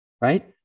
right